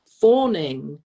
fawning